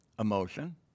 Emotion